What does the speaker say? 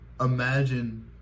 imagine